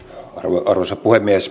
arvoisa puhemies